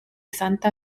santa